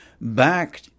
back